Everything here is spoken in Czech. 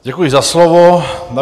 Děkuji za slovo.